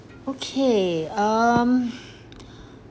okay um